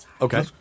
Okay